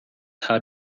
her